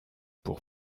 pour